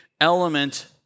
element